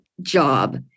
job